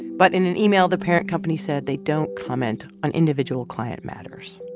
but in an email, the parent company said they don't comment on individual client matters